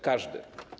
Każdy.